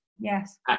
Yes